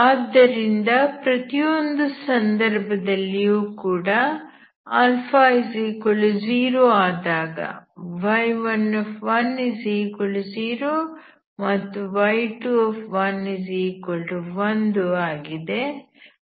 ಆದ್ದರಿಂದ ಪ್ರತಿಯೊಂದು ಸಂದರ್ಭದಲ್ಲಿಯೂ ಕೂಡ α0 ಆದಾಗ y1 1 ಮತ್ತು y2 1 ಆಗಿದೆ